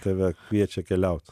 tave kviečia keliauti